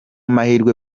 mahirwe